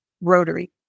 Rotary